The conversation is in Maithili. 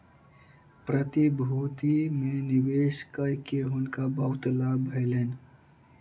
प्रतिभूति में निवेश कय के हुनका बहुत लाभ भेलैन